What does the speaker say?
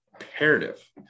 imperative